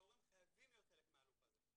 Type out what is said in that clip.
ההורים חייבים להיות חלק מהלופ הזה,